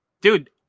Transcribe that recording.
Dude